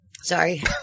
Sorry